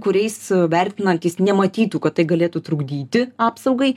kuriais vertinantys nematytų kad tai galėtų trukdyti apsaugai